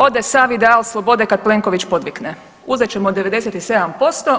Ode sav ideal slobode kad Plenković podvikne, uzet ćemo 97%